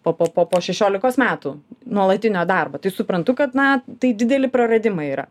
po po po po šešiolikos metų nuolatinio darbo tai suprantu kad na tai dideli praradimai yra